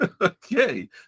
okay